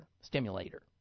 stimulator